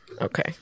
okay